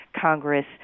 Congress